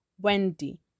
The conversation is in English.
Wendy